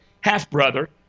half-brother